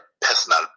personal